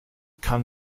kann